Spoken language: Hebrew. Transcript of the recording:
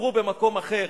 תספרו במקום אחר.